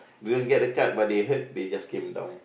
they don't get the card but they heard they just came down